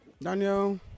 Daniel